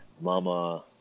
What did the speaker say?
mama